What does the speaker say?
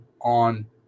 on